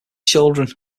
children